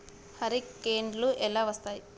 హరికేన్లు ఎలా వస్తాయి?